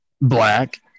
Black